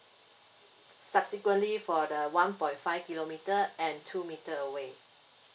subsequently for the one point five kilometre and two meter away